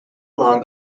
along